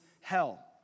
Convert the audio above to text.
hell